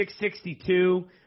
662